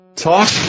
talk